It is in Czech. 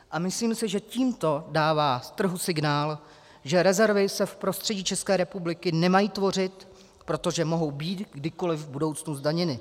A myslím si, že tímto dává trhu signál, že rezervy se v prostředí České republiky nemají tvořit, protože mohou být kdykoli v budoucnu zdaněny.